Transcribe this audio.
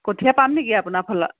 কঠীয়া পাম নেকি আপোনাৰ ফালৰ